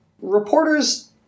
Reporters